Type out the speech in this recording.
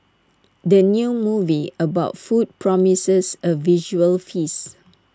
the new movie about food promises A visual feast